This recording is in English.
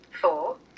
Four